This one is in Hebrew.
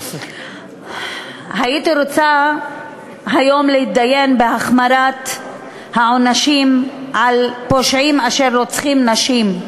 הייתי רוצה היום להתדיין בהחמרת העונשים על פושעים אשר רוצחים נשים.